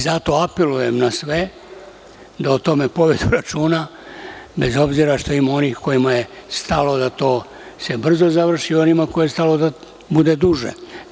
Zato apelujem na sve da o tome povedu računa bez obzira što ima onih kojima je stalo da to se brzo završi i onima kojima je stalo da bude duže.